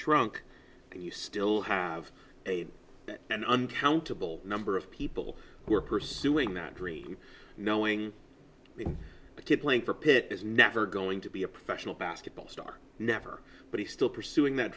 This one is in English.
shrunk and you still have a an uncountable number of people who are pursuing that dream knowing it but to playing for pitt is never going to be a professional basketball star never but he still pursuing that